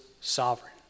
sovereign